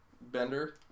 Bender